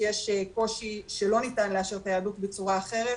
שיש קושי שלא ניתן לאשר את היהדות בצורה אחרת,